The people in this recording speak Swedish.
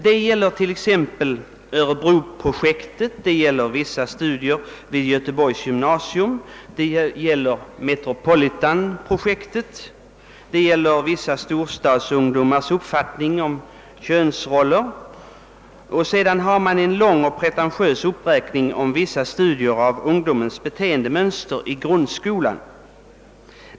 Den omfattar bl.a. »Örebroprojektet», vissa studier vid Göteborgs universitet, »Metropolitan-projektet», studier beträffande storstadsungdomarnas uppfattning om könsroller och en lång och pretentiös uppräkning av vissa studier av ungdomens beteendemönster i grundskolan.